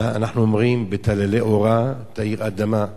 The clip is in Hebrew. אנחנו אומרים: "בטללי אורה תאיר אדמה /